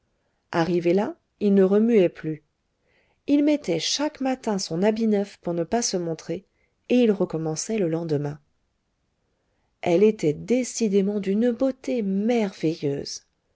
arrivé là il ne remuait plus il mettait chaque matin son habit neuf pour ne pas se montrer et il recommençait le lendemain elle était décidément d'une beauté merveilleuse